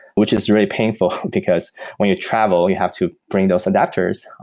which is very painful because when you travel, you have to bring those adapters.